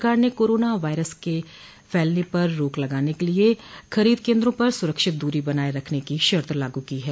सरकार ने corona virus के फैलने पर रोक लगाने के लिए खरीद केन्दों पर सुरक्षित दूरी बनाये रखने की शर्त लागू की है